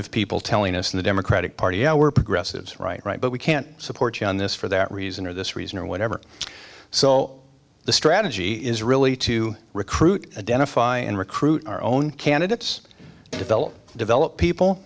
of people telling us in the democratic party yeah we're progressive right right but we can't support you on this for that reason or this reason or whatever so the strategy is really to recruit a dentist and recruit our own candidates to develop develop people